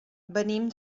venim